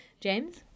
James